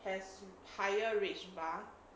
has higher rage bar